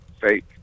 fake